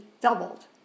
doubled